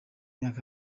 myaka